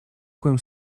коем